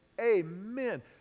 Amen